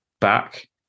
back